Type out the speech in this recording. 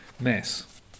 mess